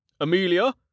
Amelia